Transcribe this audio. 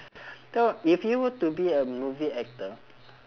if you were to be a movie actor